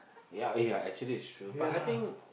ya eh ya actually it's true but I think